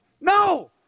no